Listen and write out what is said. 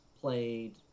played